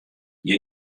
hja